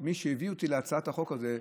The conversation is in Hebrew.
מי שהביא אותי להצעת החוק הזאת,